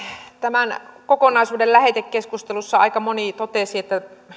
tämän kokonaisuuden lähetekeskustelussa aika moni totesi että